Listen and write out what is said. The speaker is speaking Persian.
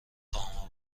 خواهم